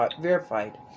verified